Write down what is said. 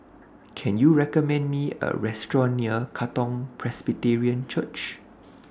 Can YOU recommend Me A Restaurant near Katong Presbyterian Church